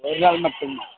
ஒரு நாள் மட்டுமா